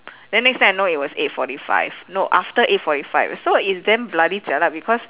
then next thing I know it was eight forty five no after eight forty five so it's damn bloody jialat because